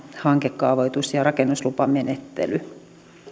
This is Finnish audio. hankekaavoitus ja rakennuslupamenettely